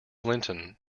linton